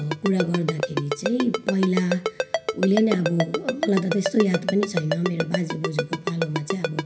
कुरा गर्दाखेरि चाहिँ पहिला उहिले नै अब मलाई त त्यस्तो याद पनि छैन मेरो बाजे बोजूको पालोमा चाहिँ अब